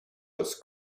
was